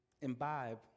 imbibe